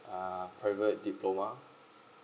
uh private diploma